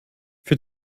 für